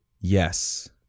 Yes